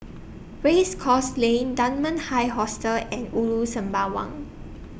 Race Course Lane Dunman High Hostel and Ulu Sembawang